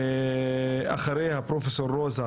סגנית נשיא למחקר ופיתוח באוניברסיטת חיפה ונציגת ועד ראשי